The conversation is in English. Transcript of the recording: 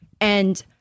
And-